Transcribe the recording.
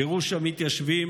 גירוש המתיישבים,